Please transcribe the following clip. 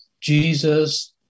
Jesus